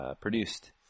produced